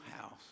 house